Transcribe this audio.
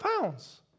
pounds